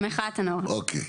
דעה, בסדר.